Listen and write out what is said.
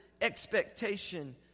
expectation